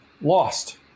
lost